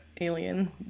Alien